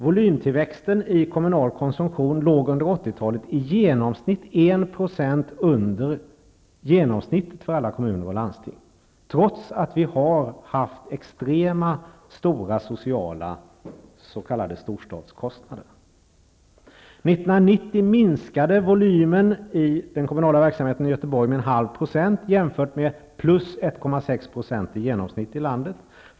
Volymtillväxten mätt i kommunalkonsumtion låg under 80-talet i genomsnitt 1 % under genomsnittet för alla kommuner och landsting, trots att vi har haft extremt stora s.k. storstadskostnader. År 1990 minskade volymen i den kommunala verksamheten i Göteborg med 1/2 % jämfört med +1,6 % i genomsnitt i landet.